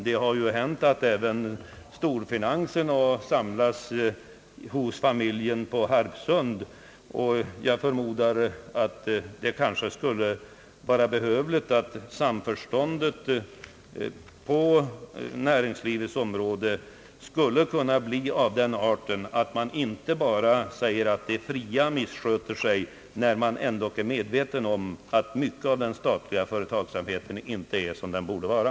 Det har ju hänt att även storfinansen har samlats hos familjen på Harpsund. Jag förmodar att det kanske skulle vara behövligt att samförståndet på näringslivets områden blev av den arten, att man inte bara säger att det fria näringslivet missköter sig, då man ändå är medveten om att mycket i den statliga företagsamheten inte är som det borde vara.